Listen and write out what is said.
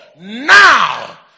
now